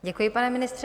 Děkuji, pane ministře.